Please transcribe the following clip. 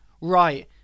Right